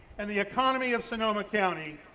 and the economy of sonoma county.